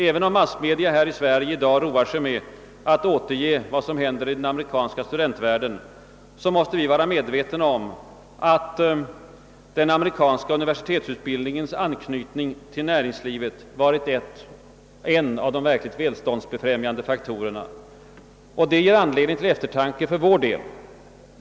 Även om massmedia i Sverige i dag roar sig med att återge vad som händer i den amerikanska studentvärlden, måste vi vara medvetna om att den amerikanska universitetsutbildningens anknytning till näringslivet varit en av de verkligt välståndsbefrämjande faktorerna. Det ger anledning till eftertanke för vår del.